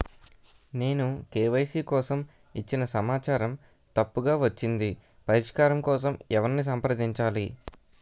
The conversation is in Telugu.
నేను కే.వై.సీ కోసం ఇచ్చిన సమాచారం తప్పుగా వచ్చింది పరిష్కారం కోసం ఎవరిని సంప్రదించాలి?